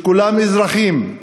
שכולם אזרחים,